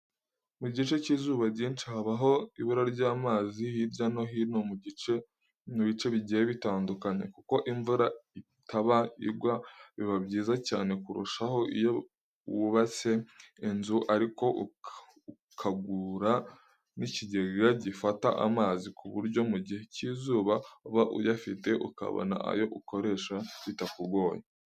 Mu gihe cy'izuba ryinshi habaho ibura ry'amazi hirya no hino mu bice bigiye biyandukanye, kuko imvura itaba igwa, biba byiza cyane kurushaho iyo wubatse inzu ariko ukagura n'ikigega gifata amazi ku buryo mu gihe cy'izuba, uba uyafite ukabona ayo ukoresha bitakugoye.